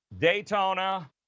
Daytona